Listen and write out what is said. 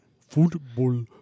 Football